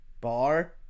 bar